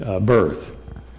birth